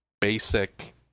basic